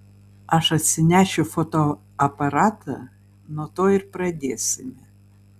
aš atsinešiu fotoaparatą nuo to ir pradėsime